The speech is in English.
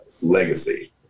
legacy